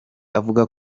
avuga